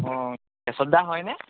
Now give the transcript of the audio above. অঁ কেশৱ দা হয়নে